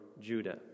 Judah